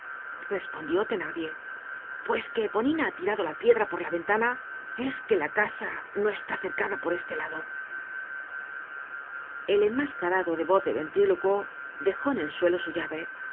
respondió thenardier pues que eponina ha tirado la piedra por la ventana es que la casa no está cercada por esté lado content from google book search generated at el enmascarado de voz de ventrílocuo dejó en el suelo su llave